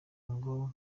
ngo